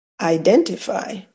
identify